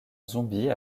zombie